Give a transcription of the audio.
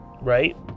right